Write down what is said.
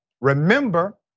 remember